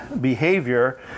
behavior